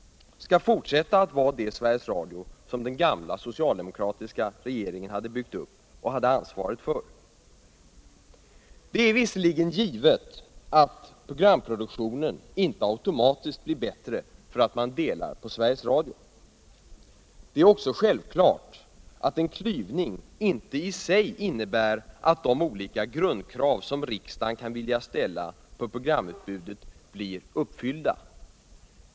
Sveriges Radio, tycks man mena, skall fortsätta att vara det Sveriges Radio som den gamla socialdemokratiska regeringen hade byggt upp och hade ansvaret för. Det är visserligen sant att programproduktionen inte automatiskt blir biältre för att man delar på Sveriges Radio. Det är också självklart att en klyvning inte I sig innebär att de olika grundkrav som riksdagen kan vilja ställa på programutbudet blir uppfyllda.